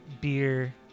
Beer